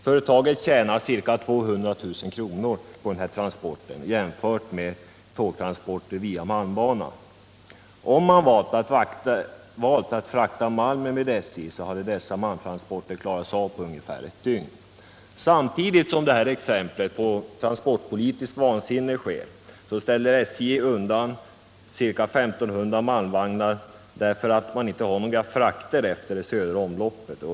Företaget tjänar ca 200 000 kr. jämfört med kostnaderna för tågstransport via malmbanan. Om man valt att frakta malmen med SJ hade dessa malmtransporter klarats av på ungefär ett dygn. Samtidigt som detta sker — vilket ju är ett exempel på trafikpolitiskt vansinne — så ställer SJ undan ca 1 500 malmvagnar därför att man inte har några frakter på södra omloppet.